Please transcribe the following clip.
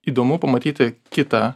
įdomu pamatyti kitą